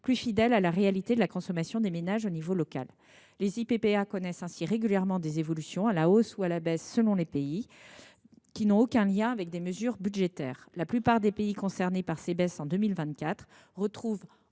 plus fidèle à la réalité de la consommation des ménages au niveau local. Les Ippa connaissent ainsi régulièrement des évolutions à la hausse ou à la baisse selon les pays, qui n’ont aucun lien avec des mesures budgétaires. La plupart des pays concernés par ces baisses en 2024 retrouvent